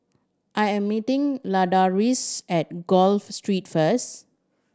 I am meeting Ladarius at Gul Street first